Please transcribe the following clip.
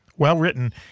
well-written